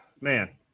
man